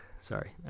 Sorry